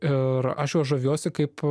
ir aš juo žaviuosi kaip